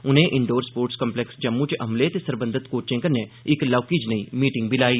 उनें indoor sports complex Jammu च अमले ते सरबंधत कोचें कन्नै इक लौहकी ज्नेई मीटिंग बी लाई